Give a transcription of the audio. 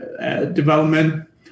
development